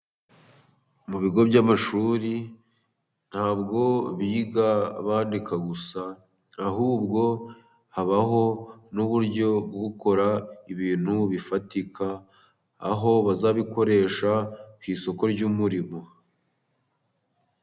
Mu bigo by'amashuri, ntabwo biga bandika gusa, ahubwo habaho n'uburyo bwo gukora ibintu bifatika, aho bazabikoresha ku isoko ry'umurimo.